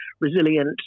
resilient